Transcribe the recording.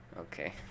Okay